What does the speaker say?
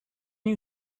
you